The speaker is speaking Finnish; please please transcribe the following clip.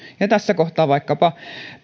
ja tässä kohtaa vaikkapa